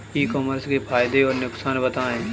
ई commerce के फायदे और नुकसान बताएँ?